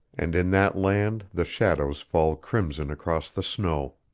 and in that land the shadows fall crimson across the snow.